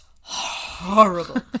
horrible